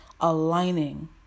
aligning